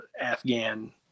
Afghan